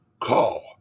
call